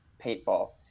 paintball